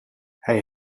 hij